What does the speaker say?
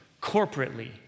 corporately